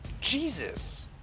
Jesus